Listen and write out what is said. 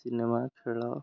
cinema ଖେଳ